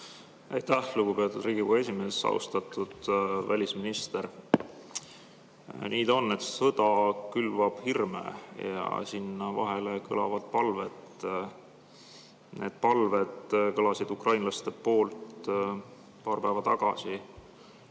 Aitäh, lugupeetud Riigikogu esimees! Austatud välisminister! Nii ta on, et sõda külvab hirme ja sinna vahele kõlavad palved. Need palved kõlasid ukrainlaste suust paar päeva tagasi,